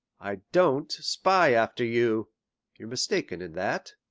i don't spy after you you're mistaken in that.